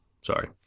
sorry